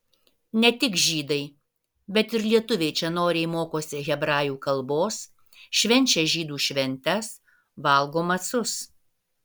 ne tik žydai bet ir lietuviai čia noriai mokosi hebrajų kalbos švenčia žydų šventes valgo macus